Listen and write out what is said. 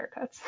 haircuts